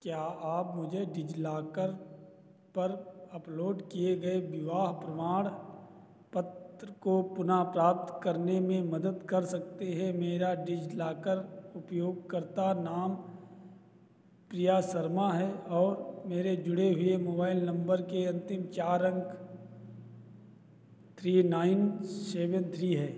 क्या आप मुझे डिजिलॉकर पर अपलोड किए गए विवाह प्रमाण पत्र को पुनः प्राप्त करने में मदद कर सकते है मेरा डिजिलॉकर उपयोगकर्ता नाम प्रिया शर्मा है और मेरे जुड़े हुए मोबाइल नंबर के अंतिम चार अंक थ्री नाइन सेवेन थ्री है